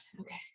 Okay